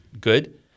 good